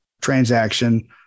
transaction